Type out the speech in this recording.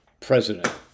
president